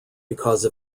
because